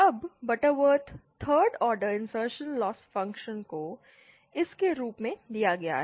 अब Butterworth 3 order insertion loss function prototype को इस के रूप में दिया गया है